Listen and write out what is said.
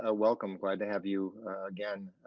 ah welcome glad to have you again,